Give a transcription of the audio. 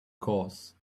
course